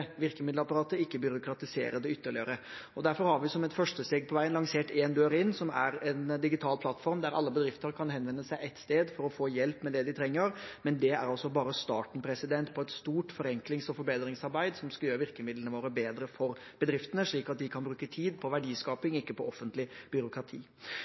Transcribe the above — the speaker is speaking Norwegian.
virkemiddelapparatet, ikke byråkratisere det ytterligere. Derfor har vi som et første steg på veien lansert «En dør inn», som er en digital plattform der alle bedrifter kan henvende seg ett sted for å få hjelp med det de trenger. Men dette er altså bare starten på et stort forenklings- og forbedringsarbeid som skal gjøre virkemidlene våre bedre for bedriftene, slik at de kan bruke tid på verdiskaping og ikke på offentlig byråkrati.